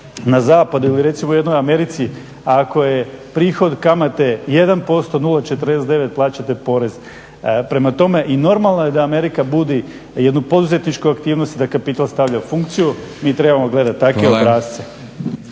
na zapadu ili recimo u jednoj Americi ako je prihod kamate 1%, 0,49 plaćate porez. Prema tome, i normalno je da Amerika budi jednu poduzetničku aktivnost i da kapital stavlja u funkciju. Mi trebamo gledati takve obrasce.